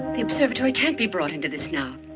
the observatory can't be brought into this now.